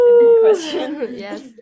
Yes